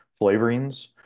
flavorings